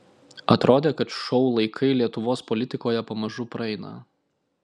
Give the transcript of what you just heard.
atrodė kad šou laikai lietuvos politikoje pamažu praeina